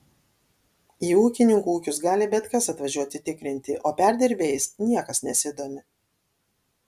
į ūkininkų ūkius gali bet kas atvažiuoti tikrinti o perdirbėjais niekas nesidomi